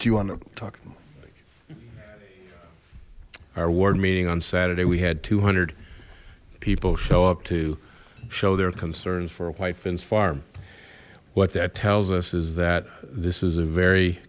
do you want to talk about our ward meeting on saturday we had two hundred people show up to show their concerns for a white fence farm what that tells us is that this is a very